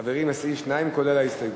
חברים, על סעיף 2 כולל ההסתייגות.